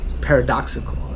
Paradoxical